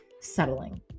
settling